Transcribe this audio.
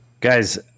Guys